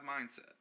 mindset